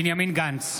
בנימין גנץ,